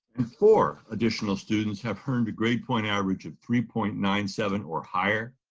and four additional students have earned a grade point average of three point nine seven or higher.